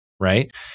right